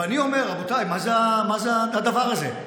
ואני אומר: רבותיי, מה זה הדבר הזה?